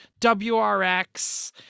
WRX